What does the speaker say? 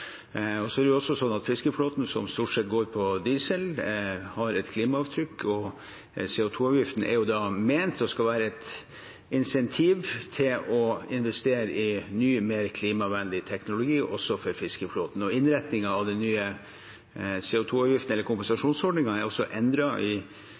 Fiskeflåten, som stort sett går på diesel, har et klimaavtrykk, og CO 2 -avgiften er ment å skulle være et incentiv til å investere i ny og mer klimavennlig teknologi, også for fiskeflåten. Innretningen på den nye